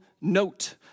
note